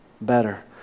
better